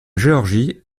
géorgie